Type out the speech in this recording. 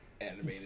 animated